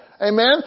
Amen